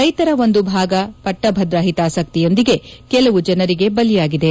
ರೈತರ ಒಂದು ಭಾಗ ಪಟ್ಟಭದ್ರ ಹಿತಾಸಕ್ತಿ ಯೊಂದಿಗೆ ಕೆಲವು ಜನರಿಗೆ ಬಲಿಯಾಗಿದೆ